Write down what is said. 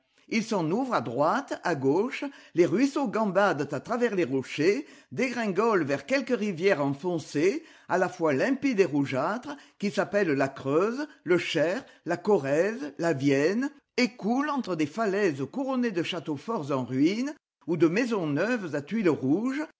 il s'en ouvre à droite à gauche les ruisseaux gambadent à travers les rochers dégringolent vers quelque rivière enfoncée à la fois limpide et rougeâtre qui s'appelle la creuse le cher la corrèze la vienne et coule entre des falaises couronnées de châteaux forts en ruines ou de maisons neuves à tuiles rouges